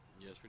Yes